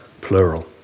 plural